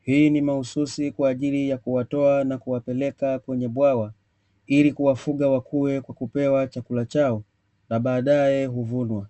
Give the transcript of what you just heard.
Hii ni mahsusi kwa ajili ya kuwatoa na kuwapeleka kwenye bwawa ili kuwafuga wakuwe kwa kupewa chakula chao na baadae huvunwa.